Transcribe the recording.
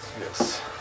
Yes